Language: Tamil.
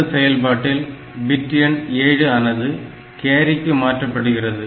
இந்த செயல்பாட்டில் பிட்டு எண் 7 ஆனது கேரிக்கு மாற்றப்படுகிறது